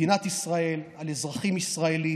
מדינת ישראל, על אזרחים ישראלים,